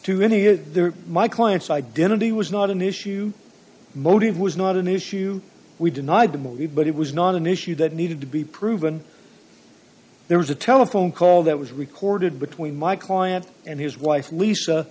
to any of the my client's identity was not an issue motive was not an issue we denied the movie but it was not an issue that needed to be proven there was a telephone call that was recorded between my client and his wife lisa